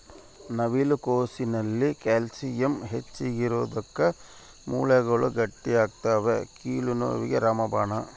ನವಿಲು ಕೋಸಿನಲ್ಲಿ ಕ್ಯಾಲ್ಸಿಯಂ ಹೆಚ್ಚಿಗಿರೋದುಕ್ಕ ಮೂಳೆಗಳು ಗಟ್ಟಿಯಾಗ್ತವೆ ಕೀಲು ನೋವಿಗೆ ರಾಮಬಾಣ